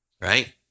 right